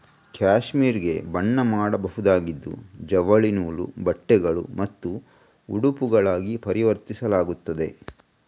cashmere ಗೆ ಬಣ್ಣ ಮಾಡಬಹುದಾಗಿದ್ದು ಜವಳಿ ನೂಲು, ಬಟ್ಟೆಗಳು ಮತ್ತು ಉಡುಪುಗಳಾಗಿ ಪರಿವರ್ತಿಸಲಾಗುತ್ತದೆ